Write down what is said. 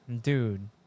Dude